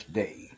day